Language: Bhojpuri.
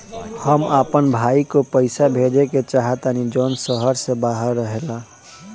हम अपन भाई को पैसा भेजे के चाहतानी जौन शहर से बाहर रहेला